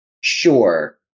sure